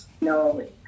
No